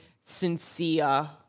sincere